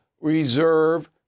reserve